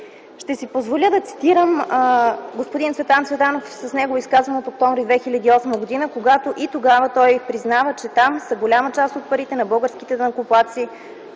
Ще си позволя да цитирам господин Цветан Цветанов с негово изказване от октомври 2008 г. Тогава той признава, че там са голяма част от парите на българските данъкоплатци,